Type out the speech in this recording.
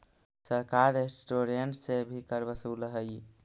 सरकार रेस्टोरेंट्स से भी कर वसूलऽ हई